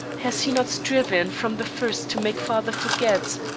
has he not striven from the first to make father forget?